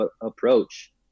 approach